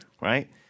right